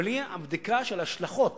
בלי בדיקה של ההשלכות